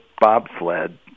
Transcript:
bobsled